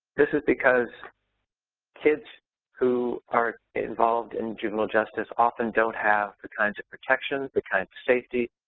this is because kids who are involved in juvenile justice often don't have the kinds of protection, the kinds of safety.